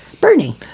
Bernie